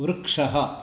वृक्षः